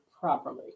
properly